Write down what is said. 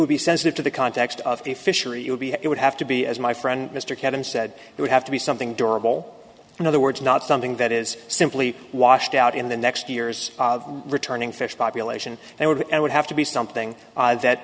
would be sensitive to the context of the fishery it would be it would have to be as my friend mr kevin said it would have to be something durable in other words not something that is simply washed out in the next years returning fish population they were and would have to be something that